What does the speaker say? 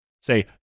say